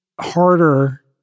harder